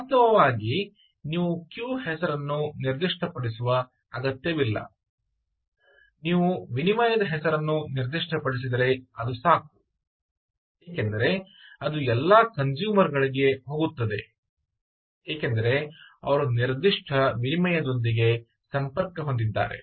ವಾಸ್ತವವಾಗಿ ನೀವು ಕ್ಯೂ ಹೆಸರನ್ನು ನಿರ್ದಿಷ್ಟಪಡಿಸುವ ಅಗತ್ಯವಿಲ್ಲ ನೀವು ವಿನಿಮಯದ ಹೆಸರನ್ನು ನಿರ್ದಿಷ್ಟಪಡಿಸಿದರೆ ಅದು ಸಾಕು ಏಕೆಂದರೆ ಅದು ಎಲ್ಲಾ ಕನ್ಸೂಮರ್ ಗಳಿಗೆ ಹೋಗುತ್ತದೆ ಏಕೆಂದರೆ ಅವರು ನಿರ್ದಿಷ್ಟ ವಿನಿಮಯದೊಂದಿಗೆ ಸಂಪರ್ಕ ಹೊಂದಿದ್ದಾರೆ